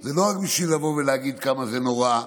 זה רק בשביל לבוא ולהגיד כמה זה נורא,